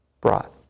brought